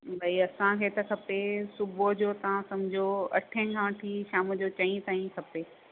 भाई असांखे त खपे सुबूह जो तव्हां सम्झो अठें खां वठी शाम जो चईं ताईं खपे